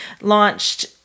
launched